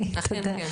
אכן כן.